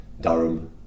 Durham